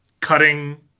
cutting